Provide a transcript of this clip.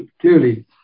clearly